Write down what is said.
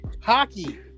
hockey